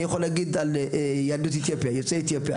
אני יכול להגיד על יוצאי אתיופיה.